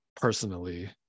personally